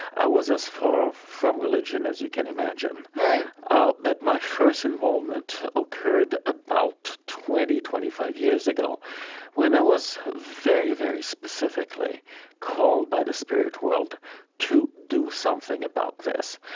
i was as far from religion as you can imagine right ah but my first involvement occurred about twenty, twenty five years ago when i was very, very specifically called by the spirit world to do something about this.